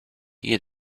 eat